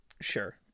Sure